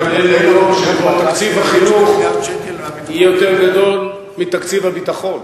ליום שתקציב החינוך יהיה יותר גדול מתקציב הביטחון.